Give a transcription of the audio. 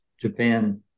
Japan